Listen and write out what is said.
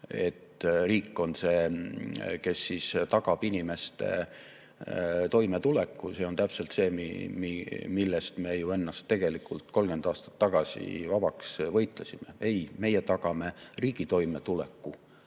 et riik on see, kes tagab inimeste toimetuleku. See on täpselt see, millest me ju ennast tegelikult 30 aastat tagasi vabaks võitlesime. Ei, meie tagame riigi toimetuleku